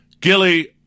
Gilly